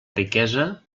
riquesa